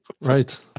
Right